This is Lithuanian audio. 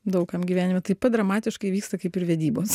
daug kam gyvenime taip pat dramatiškai vyksta kaip vedybos